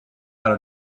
how